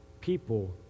people